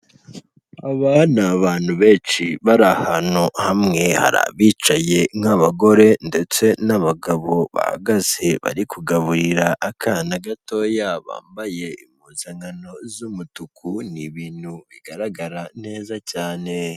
Aba ni abantu benshi bari ahantu hamwe, hari abicaye nk'abagore ndetse n'abagabo bahagaze bari kugaburira akana gatoya bambaye impuzankano z'umutuku ni ibintu bigaragara neza cyane.